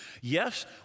Yes